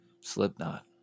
Slipknot